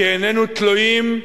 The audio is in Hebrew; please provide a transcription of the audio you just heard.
כי איננו תלויים,